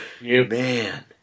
Man